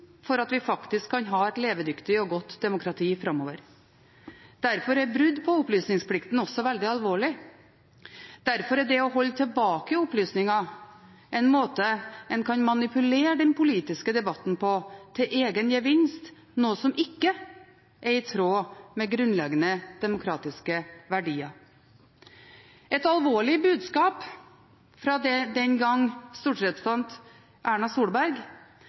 for at vi faktisk kan ha et levedyktig og godt demokrati fremover. Derfor er brudd på opplysningsplikten også veldig alvorlig. Derfor er det å holde tilbake opplysninger en måte man kan manipulere den politiske debatten på, til egen politisk gevinst, noe som ikke er i tråd med det som er grunnleggende demokratiske verdier.» Det er et alvorlig budskap fra – den gang – stortingsrepresentant Erna Solberg,